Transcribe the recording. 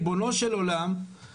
ריבונו של עולם,